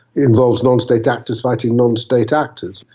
involves non-state actors fighting non-state actors,